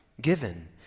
given